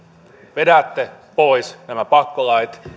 vedätte pois nämä pakkolait